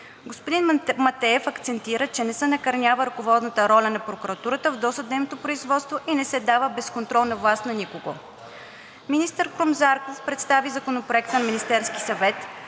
Господин Матеев акцентира, че не се накърнява ръководната роля на прокуратурата в досъдебното производство и не се дава безконтролна власт на никого. Министър Крум Зарков представи Законопроекта на Министерски съвет,